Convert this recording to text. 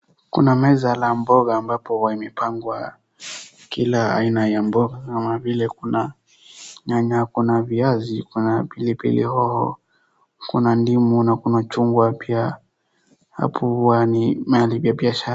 Kuna meza la mboga ambapo wamepangwa kila aina ya mboga, kama vile kuna nyanya, kuna viazi, kuna pilipili hoho, kuna ndimu na kuna chungwa pia, hapo huwa ni mahali pa biashara.